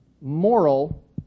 Moral